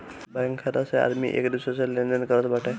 bank खाता से आदमी एक दूसरा से लेनदेन करत बाटे